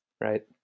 Right